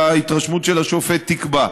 וההתרשמות של השופט תקבע.